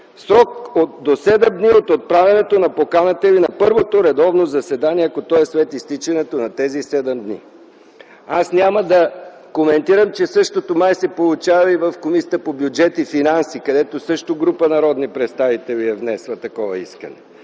срок до 7 дни от отправянето на поканата или на първото редовно заседание, ако то е след изтичането на тези 7 дни.”. Аз няма да коментирам, че същото май се получава и в Комисията по бюджет и финанси, където група народни представители също е внесла такова искане.